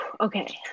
okay